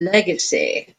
legacy